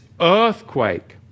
earthquake